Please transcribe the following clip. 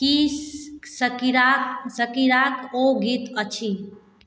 की शकीराक शकीराक ओ गीत अछि